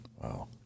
Wow